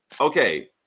okay